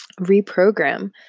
reprogram